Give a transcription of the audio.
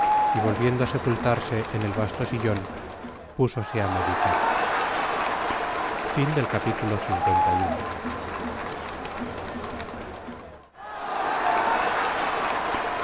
y volviendo á sepultarse en el vasto sillon púsose á meditar